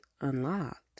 unlocked